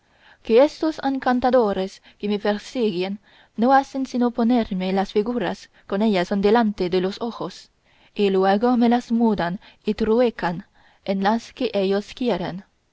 que estos encantadores que me persiguen no hacen sino ponerme las figuras como ellas son delante de los ojos y luego me las mudan y truecan en las que ellos quieren